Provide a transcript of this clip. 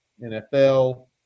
NFL